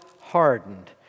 hardened